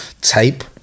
tape